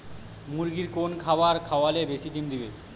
মুরগির কোন খাবার খাওয়ালে বেশি ডিম দেবে?